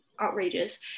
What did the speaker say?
outrageous